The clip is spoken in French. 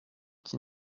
qui